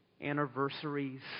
anniversaries